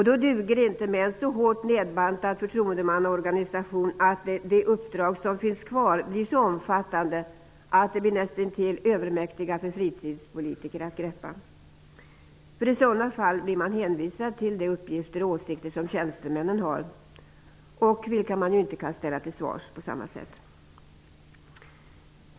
Då duger det inte med en så hårt nedbantad förtroendemannaorganisation att de uppdrag som finns kvar blir så omfattande att de blir nästintill övermäktiga för fritidspolitiker att greppa. I så fall blir man hänvisad till de uppgifter och åsikter som tjänstemännen har. Dessa kan man inte ställa till svars på samma sätt.